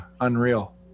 unreal